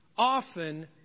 often